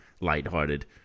lighthearted